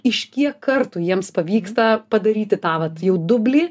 iš kiek kartų jiems pavyksta padaryti tą vat jau dublį